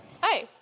Hi